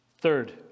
Third